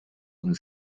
und